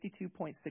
$52.6